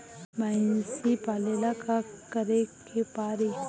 भइसी पालेला का करे के पारी?